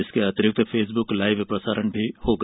इसके अतिरिक्त Facebook live प्रसारण भी होगा